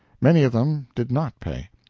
many of them did not pay.